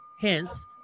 hence